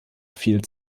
viel